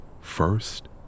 First